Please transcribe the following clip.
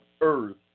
earth